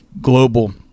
global